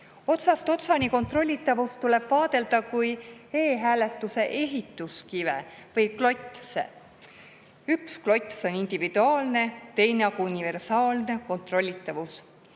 Otsast otsani kontrollitavust tuleb vaadelda kui e‑hääletuse ehituskive või ‑klotse. Üks klots on individuaalne, teine universaalne kontrollitavus.